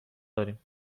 داریم